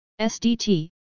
SDT